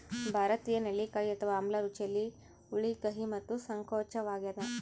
ಭಾರತೀಯ ನೆಲ್ಲಿಕಾಯಿ ಅಥವಾ ಆಮ್ಲ ರುಚಿಯಲ್ಲಿ ಹುಳಿ ಕಹಿ ಮತ್ತು ಸಂಕೋಚವಾಗ್ಯದ